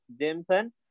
Jameson